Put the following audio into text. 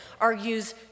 argues